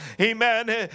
amen